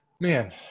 man